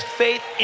faith